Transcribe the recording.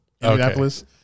Indianapolis